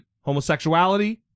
homosexuality